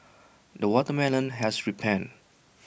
the watermelon has ripened